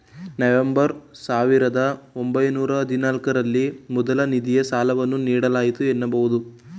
November ಸಾವಿರದ ಒಂಬೈನೂರ ಹದಿನಾಲ್ಕು ರಲ್ಲಿ ಮೊದಲ ನಿಧಿಯ ಸಾಲವನ್ನು ನೀಡಲಾಯಿತು ಎನ್ನಬಹುದು